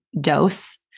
dose